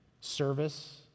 service